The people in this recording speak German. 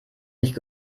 nicht